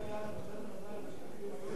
ביהודה ושומרון,